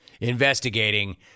investigating